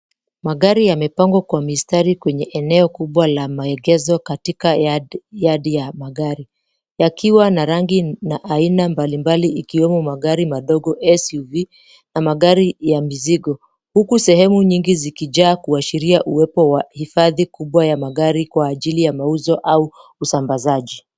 Magari yamepangwa kwa mistari kwenye eneo kubwa la maegezo katika yadi ya magari yakiwa na rangi na aina mbalimbali ikiwemo magari madogo, SUV na magari ya mizigo. Huku sehemu nyingi zikijaa kuashiria uwepo wa hifadhi kubwa wa magari kwa ajili ya mauzo au usambazaji.